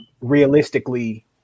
realistically